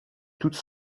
toutes